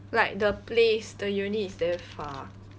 like the place the uni is damn far